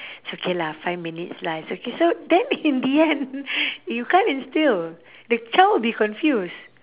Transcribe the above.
it's okay lah five minutes lah it's okay so then in the end you can't instil the child will be confused